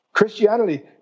Christianity